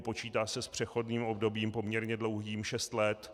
Počítá se s přechodným obdobím poměrně dlouhým šest let.